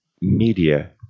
media